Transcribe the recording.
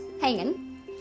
hanging